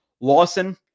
lawson